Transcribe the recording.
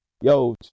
Yo